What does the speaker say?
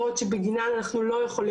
אנחנו לא נעביר את הכספים,